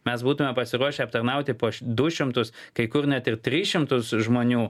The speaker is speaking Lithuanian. mes būtumė pasiruošę aptarnauti po du šimtus kai kur net ir tris šimtus žmonių